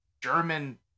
German